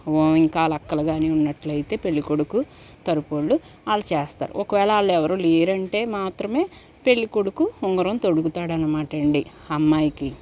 ఇంకా వాళ్ళ అక్కలు కానీ ఉన్నట్లయితే పెళ్ళికొడుకు తరుపోళ్ళు వాళ్ళు చేస్తారు ఒకవేళ వాళ్ళు ఎవరు లేరంటే మాత్రమే పెళ్ళికొడుకు ఉంగరం తొడుగుతాడనమాటండి అమ్మాయికి